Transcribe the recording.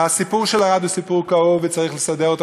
הסיפור של ערד הוא סיפור כאוב וצריך לסדר אותו.